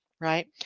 right